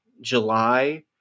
july